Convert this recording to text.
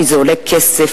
כי זה עולה כסף,